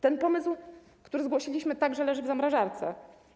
Ten pomysł, który zgłosiliśmy, także leży w zamrażarce.